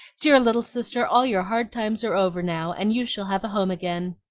dear little sister, all your hard times are over now, and you shall have a home again.